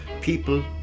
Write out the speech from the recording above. People